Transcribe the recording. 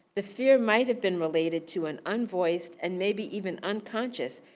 the fear might have been related to an unvoiced, and maybe even unconscious,